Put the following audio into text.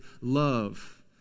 love